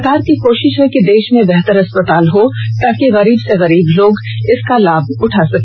सरकार की कोशिश है कि देश में बेहतर अस्पताल हो ताकि गरीब से गरीब लोगों को भी इसका लाभ भिल सके